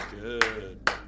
good